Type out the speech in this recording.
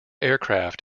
aircraft